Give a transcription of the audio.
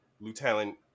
Lieutenant